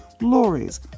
lorries